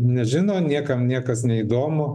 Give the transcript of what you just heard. nežino niekam niekas neįdomu